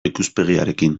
ikuspegiarekin